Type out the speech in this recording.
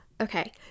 Okay